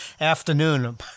afternoon